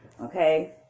Okay